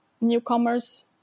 newcomers